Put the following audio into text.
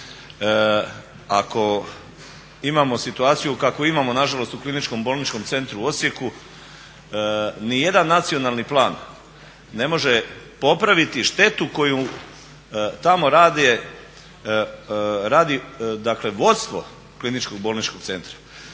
ako imamo situaciju kakvu imamo na žalost u Kliničkom bolničkom centru u Osijeku ni jedan nacionalni plan ne može popraviti štetu koju tamo radi, dakle vodstvo Kliničkog bolničkog centra.